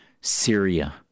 Syria